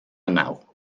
naw